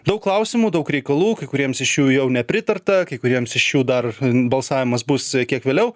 daug klausimų daug reikalų kai kuriems iš jų jau nepritarta kai kuriems iš jų dar balsavimas bus kiek vėliau